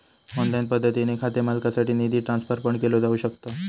online पद्धतीने खाते मालकासाठी निधी ट्रान्सफर पण केलो जाऊ शकता